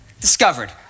discovered